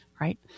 right